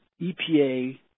EPA